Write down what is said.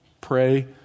Pray